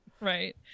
Right